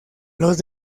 los